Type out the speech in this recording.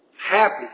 Happy